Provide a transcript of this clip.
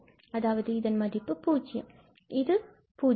அதாவது இதன் மதிப்பு பூஜ்யம் ஆகும்